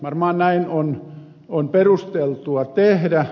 varmaan näin on perusteltua tehdä